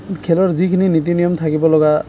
খেলৰ যিখিনি নীতি নিয়ম থাকিব লগা